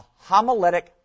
homiletic